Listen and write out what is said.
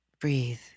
breathe